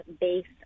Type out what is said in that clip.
based